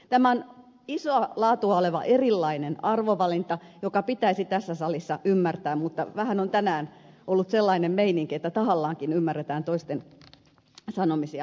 tämä on isoa laatua oleva erilainen arvovalinta joka pitäisi tässä salissa ymmärtää mutta vähän on tänään ollut sellainen meininki että tahallaankin ymmärretään toisten sanomisia täällä väärin